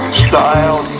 style